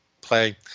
play